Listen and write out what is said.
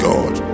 God